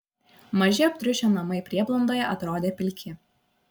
maži aptriušę namai prieblandoje atrodė pilki